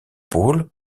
pôle